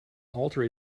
alter